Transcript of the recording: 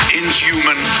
inhuman